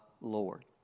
Lord